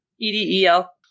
E-D-E-L